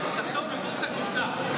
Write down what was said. תחשוב מחוץ לקופסה.